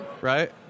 Right